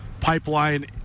pipeline